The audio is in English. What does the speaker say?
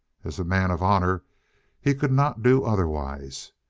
as a man of honor he could not do otherwise.